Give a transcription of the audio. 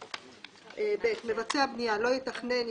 "(ב)מבצע הבנייה לא יתכנן,